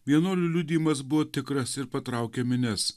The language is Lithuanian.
vienuolių liudijimas buvo tikras ir patraukė minias